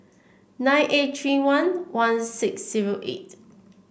nine eight three one one six zero eight